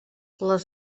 les